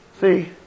See